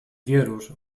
wierusz